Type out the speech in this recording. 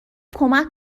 کمک